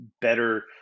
better